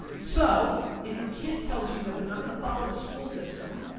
so, if your kid tells you that they're not gonna follow the school system,